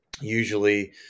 usually